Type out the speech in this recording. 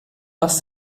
was